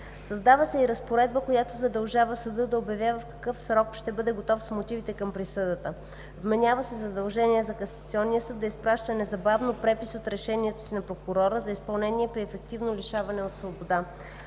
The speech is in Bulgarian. Създава се и разпоредба, която задължава съда да обявява в какъв срок ще бъде готов с мотивите към присъдата си. Вменява се задължение за касационния съд да изпраща незабавно препис от решението си на прокурора за изпълнение при ефективно лишаване от свобода.